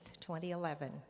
2011